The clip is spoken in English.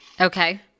Okay